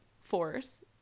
force